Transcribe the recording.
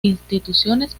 instituciones